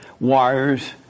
wires